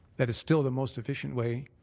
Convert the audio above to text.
that is still the most sufficient way,